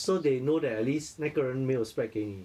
so they know that at least 那个人没有 spread 给你